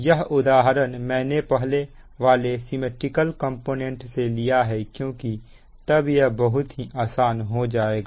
यह उदाहरण मैंने पहले वाले सिमिट्रिकल कंपोनेंट से लिया है क्योंकि तब यह बहुत ही आसान हो जाएगा